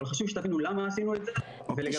אבל חשוב שתבינו למה עשינו את זה ולגבי